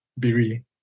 Biri